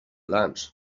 lunch